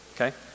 Okay